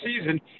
season